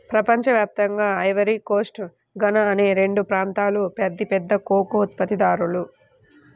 ప్రపంచ వ్యాప్తంగా Ivory Coast, Ghana అనే రెండు ప్రాంతాలూ అతిపెద్ద కోకో ఉత్పత్తిదారులు